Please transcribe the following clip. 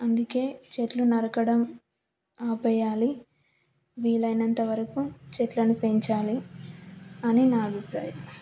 అందుకని చెట్లు నరకడం ఆపేయాలి వీలైనంతవరకు చెట్లను పెంచాలి అని నా అభిప్రాయం